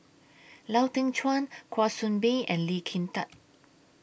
Lau Teng Chuan Kwa Soon Bee and Lee Kin Tat